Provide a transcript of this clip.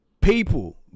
people